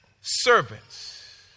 servants